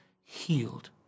healed